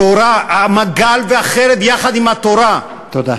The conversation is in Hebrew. המגל והחרב יחד עם התורה, תודה.